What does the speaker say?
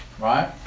Right